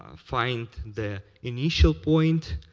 ah find the initial point,